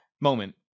moment